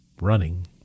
running